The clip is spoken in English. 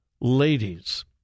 ladies